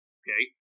okay